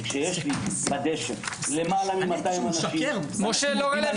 כשיש לי בדשא --- הוא משקר, לא יאומן.